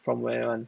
from where [one]